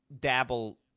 dabble